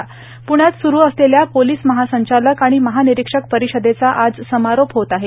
पृण्यात सुरु असलेल्या पोलीस महासंचालक आणि महानिरिक्षक परिषदेचा आज समारोप होत आहे